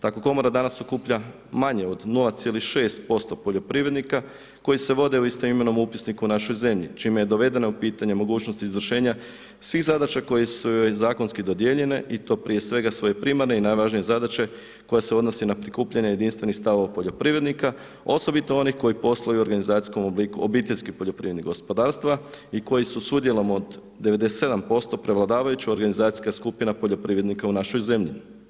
Tako komora danas okuplja manje od 0,6% poljoprivrednika koji se vode u istoimenom upisniku u našoj zemlji čime je dovedena u pitanje mogućnost izvršenja svih zadaća koje su joj zakonski dodijeljene i to prije svega svoje primarne i najvažnije zadaće koja se odnosi na prikupljanje jedinstvenih stavova poljoprivrednika osobito onih koji posluju u organizacijskom obliku obiteljskih poljoprivrednih gospodarstva i koji su s udjelom od 97% prevladavajuća organizacijska skupina poljoprivrednika u našoj zemlji.